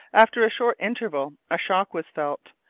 after a short interval a shock was felt.